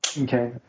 okay